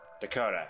Dakota